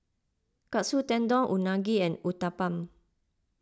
Katsu Tendon Unagi and Uthapam